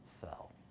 fell